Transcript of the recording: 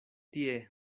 tie